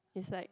is like